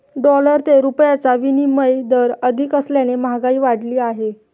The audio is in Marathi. डॉलर ते रुपयाचा विनिमय दर अधिक असल्याने महागाई वाढली आहे